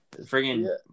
friggin